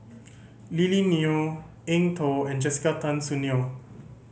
Lily Neo Eng Tow and Jessica Tan Soon Neo